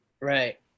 right